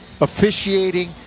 officiating